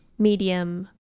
medium